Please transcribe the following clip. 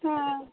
ಹಾಂ